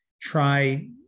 try